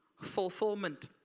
fulfillment